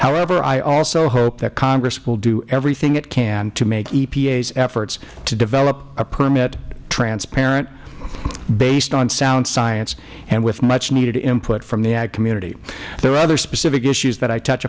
however i also hope that congress will do everything it can to make epas efforts to develop a permit transparent based on sound science and with much needed input from the ag community there are other specific issues that i touch